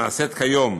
הנעשית כיום